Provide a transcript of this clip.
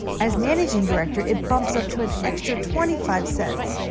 as managing director, it bumps up to an extra twenty five cents.